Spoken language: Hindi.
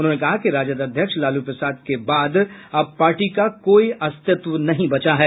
उन्होंने कहा कि राजद अध्यक्ष लालू प्रसाद के बाद अब पार्टी का कोई अस्तित्व नहीं बचा है